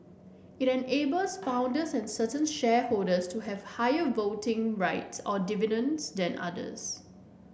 it enables founders and certain shareholders to have higher voting rights or dividends than others